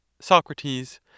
Socrates